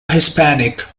hispanic